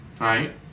right